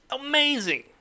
Amazing